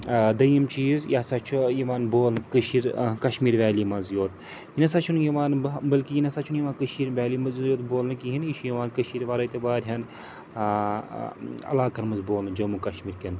دٔیِم چیٖز یہِ ہَسا چھُ یِوان بولنہٕ کٔشیٖرٕ کَشمیٖر ویلی منٛزٕے یوت یہِ نہ سا چھُنہٕ یِوان بٔلکہِ یہِ نہ سا چھُنہٕ یِوان کٔشیٖر ویلی منٛزٕے یوت بولنہٕ کِہیٖنۍ یہِ چھُ یِوان کٔشیٖرِ وَرٲے تہِ واریاہَن علاقَن منٛز بولنہٕ جموں کَشمیٖر کٮ۪ن